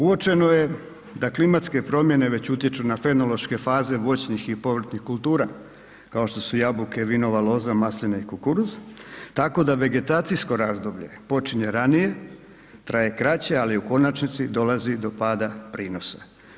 Uočeno je da klimatske promjene već utječu na fenološke faze voćnih i povrtnih kultura, kao što su jabuke, vinova loza, masline i kukuruz, tako da vegetacijsko razdoblje počinje ranije, traje kraće, ali je u konačnici dolazi do pada prinosa.